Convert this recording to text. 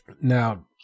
Now